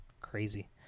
Crazy